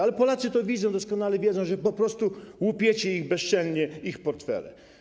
Ale Polacy to widzą i doskonale wiedzą, że po prostu łupicie ich bezczelnie, ich portfele.